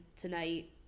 tonight